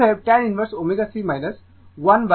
অতএব tan inverse ω C 1L ωG